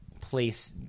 place